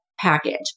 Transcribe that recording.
package